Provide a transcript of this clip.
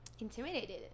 intimidated